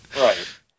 Right